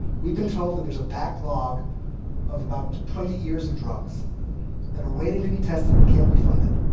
we've been told that there's a backlog of about twenty years of drugs that are waiting to be tested but can't be funded.